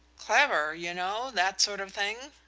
clever, you know that sort of thing.